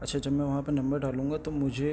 اچھا اچھا میں وہاں پہ نمبر ڈالوں گا تو مجھے